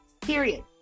period